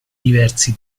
diversi